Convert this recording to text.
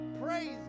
Praise